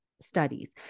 studies